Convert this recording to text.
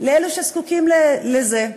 לאלה שזקוקים לזה.